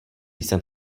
jsem